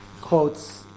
quotes